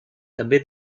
també